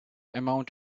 amount